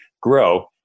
grow